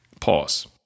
Pause